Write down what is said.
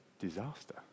Disaster